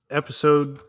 episode